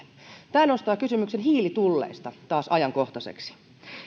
tämä nostaa kysymyksen hiilitulleista taas ajankohtaiseksi